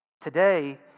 Today